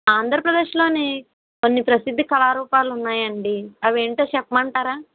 ఆంధ్రప్రదేశ్లోని కొన్ని ప్రసిద్ధి కళారూపాలు ఉన్నాయండి అవేంటో చెప్పమంటారా